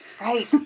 Right